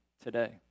today